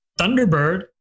Thunderbird